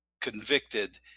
convicted